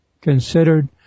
considered